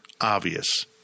obvious